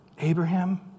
Abraham